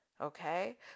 okay